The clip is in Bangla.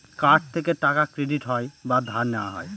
কার্ড থেকে টাকা ক্রেডিট হয় বা ধার নেওয়া হয়